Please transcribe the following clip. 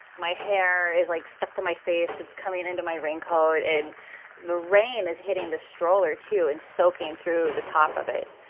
my hair is, like, stuck to my face cause it's coming into my raincoat. and the rain is hitting the stroller too and soaking through the top of it.